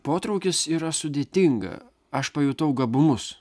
potraukis yra sudėtinga aš pajutau gabumus